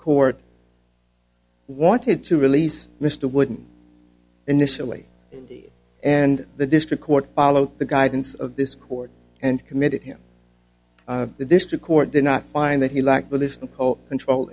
court wanted to release mr wouldn't initially and the district court follow the guidance of this court and committed him the district court did not find that he lacked